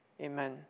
Amen